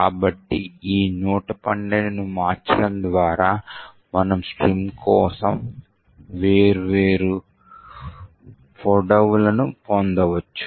కాబట్టి ఈ 112ను మార్చడం ద్వారా మనము స్ట్రింగ్ కోసం వేర్వేరు పొడవులను పొందవచ్చు